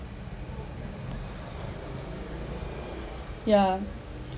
yeah